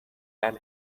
and